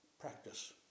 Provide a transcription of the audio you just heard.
practice